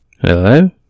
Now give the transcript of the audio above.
Hello